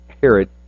Herod